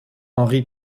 henry